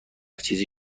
چیزی